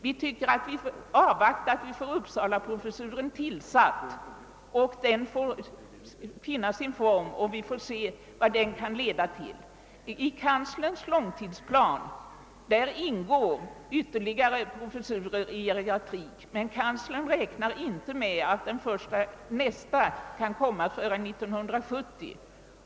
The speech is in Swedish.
Vi avvaktar tillsättandet av uppsalaprofessuren och låter den finna sin form; så får vi se vad detta kan leda till. I kanslerns långtidsplan ingår ytterligare professurer i geriatrik, men kanslern räknar inte med att nästa professur kan inrättas förrän år 1970.